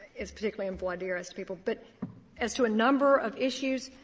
is particularly in voir dire as to people. but as to a number of issues,